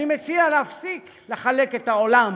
אני מציע להפסיק לחלק את העולם